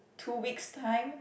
two weeks time